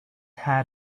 had